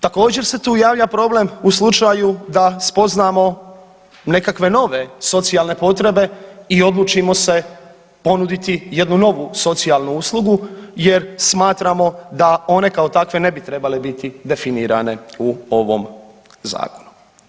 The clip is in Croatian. Također se tu javlja problem u slučaju da spoznamo nekakve nove socijalne potrebe i odlučimo se ponuditi jednu novu socijalnu uslugu jer smatramo da one kao takve ne bi trebale biti definirane u ovom zakonu.